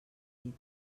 llit